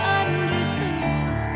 understood